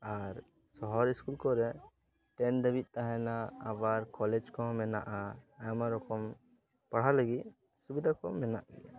ᱟᱨ ᱥᱚᱦᱚᱨ ᱤᱥᱠᱩᱞ ᱠᱚᱨᱮ ᱴᱮᱱ ᱫᱷᱟ ᱵᱤᱡ ᱛᱟᱦᱮᱱᱟ ᱟᱵᱟᱨ ᱠᱚᱞᱮᱡᱽ ᱠᱚᱦᱚᱸ ᱢᱮᱱᱟᱜᱼᱟ ᱟᱭᱢᱟ ᱨᱚᱠᱚᱢ ᱯᱟᱲᱦᱟᱣ ᱞᱟᱹᱜᱤᱫ ᱥᱩᱵᱤᱫᱟ ᱠᱚ ᱢᱮᱱᱟᱜ ᱜᱮᱭᱟ